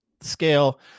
scale